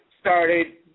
started